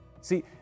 See